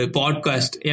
podcast